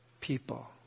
people